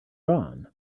gone